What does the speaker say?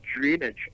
drainage